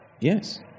Yes